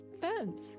fence